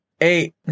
eight